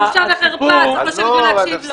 בושה וחרפה שצריך לשבת ולהקשיב לו.